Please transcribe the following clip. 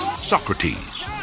Socrates